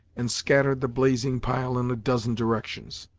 and scattered the blazing pile in a dozen directions.